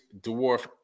Dwarf